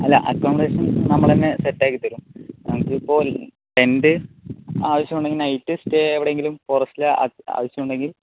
അല്ല ആക്കോമഡേഷൻ നമ്മള് തന്നെ സെറ്റാക്കിത്തരും നമുക്ക് ഇപ്പോൾ ടെന്റ് ആവശ്യം ഉണ്ടെങ്കിൽ നൈറ്റ് സ്റ്റേ എവിടെയെങ്കിലും ഫോറസ്റ്റിലോ ആവശ്യമുണ്ടെങ്കിൽ